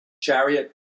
chariot